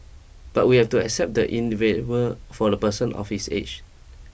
but we have to accept the for a person of his age